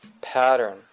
pattern